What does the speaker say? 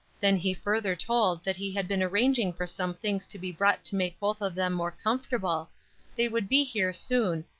then he further told that he had been arranging for some things to be brought to make both of them more comfortable they would be here soon,